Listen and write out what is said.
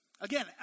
Again